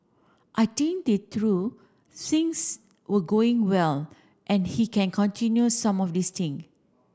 I think they through things were going well and he can continue some of these thing